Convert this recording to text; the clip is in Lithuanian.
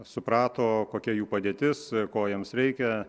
suprato kokia jų padėtis ko jiems reikia